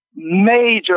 major